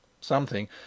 Something